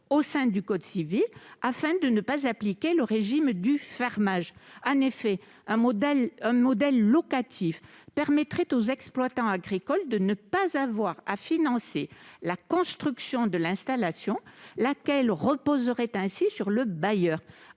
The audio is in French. au sein du code civil, afin de ne pas appliquer le régime du fermage. Un modèle locatif permettrait aux exploitants agricoles de ne pas avoir à financer la construction de l'installation, laquelle reposerait ainsi sur le bailleur.